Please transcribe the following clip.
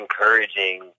encouraging